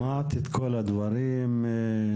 שמעת את כל הדברים גלית?